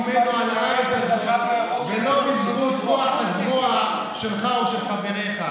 על הארץ הזאת ולא בזכות כוח הזרוע שלך או של חבריך.